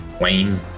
Wayne